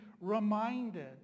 reminded